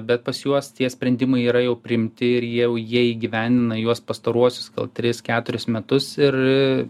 bet pas juos tie sprendimai yra jau priimti ir jie jau jie įgyvendina juos pastaruosius gal tris keturis metus ir